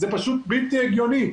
זה פשוט בלתי הגיוני.